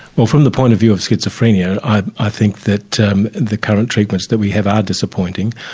well, from the point of view of schizophrenia, i i think that um the current treatments that we have are disappointing.